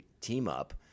team-up